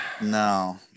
No